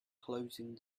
closing